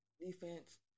Defense